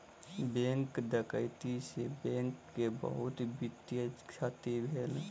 bank डकैती से bank के बहुत वित्तीय क्षति भेल